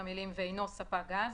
ספק גז,